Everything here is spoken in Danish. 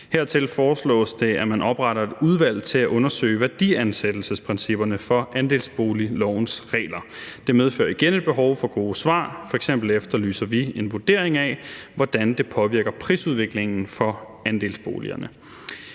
Hertil foreslås det, at man opretter et udvalg til at undersøge værdiansættelsesprincipperne for andelsboliglovens regler. Det medfører igen et behov for gode svar. F.eks. efterlyser vi en vurdering af, hvordan det påvirker prisudviklingen for andelsboligerne.